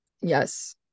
Yes